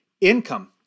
income